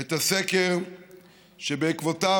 את הסקר שבעקבותיו